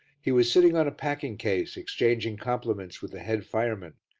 he was sitting on a packing-case, exchanging compliments with the head fireman,